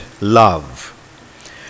love